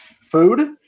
Food